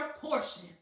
portion